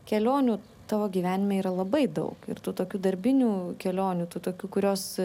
kelionių tavo gyvenime yra labai daug ir tų tokių darbinių kelionių tų tokių kurios